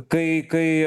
kai kai